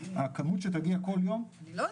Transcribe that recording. הכמות שתגיע כל יום --- לא,